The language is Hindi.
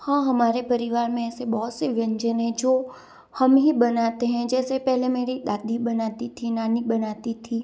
हाँ हमारे परिवार में ऐसे बहुत से व्यंजन है जो हम ही बनाते हैं जैसे पहले मेरी दादी बनाती थी नानी बनाती थी